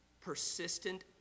persistent